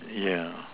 yeah